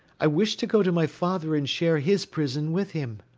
i wished to go to my father and share his prison with him.